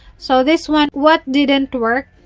so, this one, what didn't work?